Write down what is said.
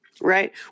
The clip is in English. Right